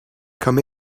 come